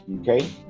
Okay